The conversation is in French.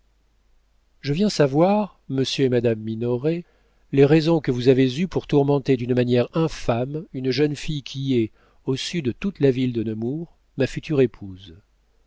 je viens savoir monsieur et madame minoret les raisons que vous avez eues pour tourmenter d'une manière infâme une jeune fille qui est au su de toute la ville de nemours ma future épouse